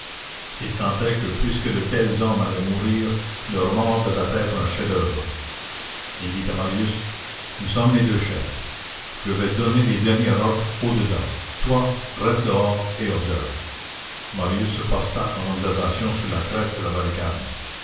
il sentait que puisque de tels hommes allaient mourir leur mort devait être un chef-d'oeuvre il dit à marius nous sommes les deux chefs je vais donner les derniers ordres au dedans toi reste dehors et observe marius se posta en observation sur la crête de la barricade